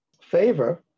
favor